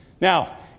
Now